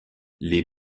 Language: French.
les